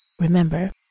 remember